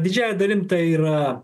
didžiąja dalimi tai yra